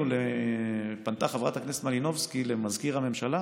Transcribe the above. פנתה חברת הכנסת מלינובסקי למזכיר הממשלה